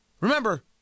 Remember